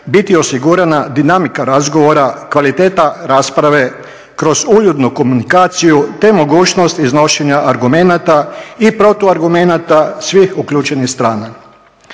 biti osigurana dinamika razgovora, kvaliteta rasprave kroz uljudnu komunikaciju te mogućnost iznošenja argumenata i protuargumenata svih uključenih strana.